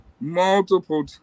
multiple